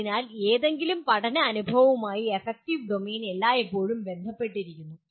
അതിനാൽ ഏതെങ്കിലും പഠന അനുഭവവുമായി അഫക്റ്റീവ് ഡൊമെയ്ൻ എല്ലായ്പ്പോഴും ബന്ധപ്പെട്ടിരിക്കുന്നു